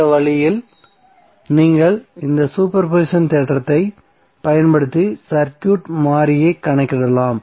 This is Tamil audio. இந்த வழியில் நீங்கள் இந்த சூப்பர் பொசிஷன் தேற்றத்தைப் பயன்படுத்தி சர்க்யூட் மாறியைக் கணக்கிடலாம்